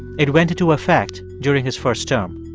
it went into effect during his first term.